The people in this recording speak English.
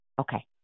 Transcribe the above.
Okay